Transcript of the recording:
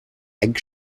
egg